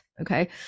Okay